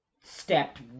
stepped